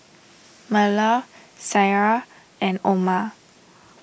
Melur Syirah and Omar